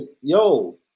yo